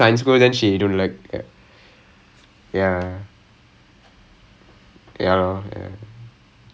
uh science go there hate science school right then that means you are objective was not achieved right exactly so ya அந்த மாதிரி:antha maathiri